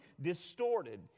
distorted